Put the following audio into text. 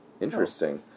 Interesting